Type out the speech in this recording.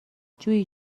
جویی